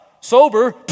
Sober